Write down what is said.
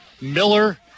Miller